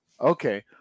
Okay